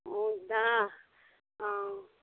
ಹೌದಾ ಹಾಂ